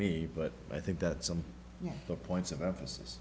me but i think that some of the points of emphasis